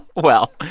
well,